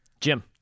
Jim